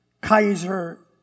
Kaiser